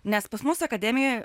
nes pas mus akademijoj